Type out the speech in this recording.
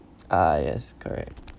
ah yes correct